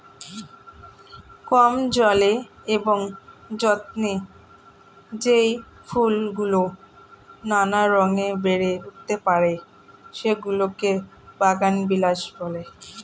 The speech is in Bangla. কম জলে এবং যত্নে যেই ফুলগুলো নানা রঙে বেড়ে উঠতে পারে, সেগুলোকে বাগানবিলাস বলে